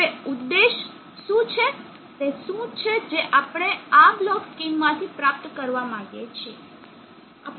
હવે ઉદ્દેશ શું છે તે શું છે જે આપણે આ બ્લોક સ્કીમ માંથી પ્રાપ્ત કરવા માંગીએ છીએ